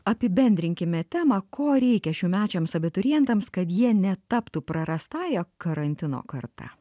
apibendrinkime temą ko reikia šiųmečiams abiturientams kad jie netaptų prarastąja karantino karta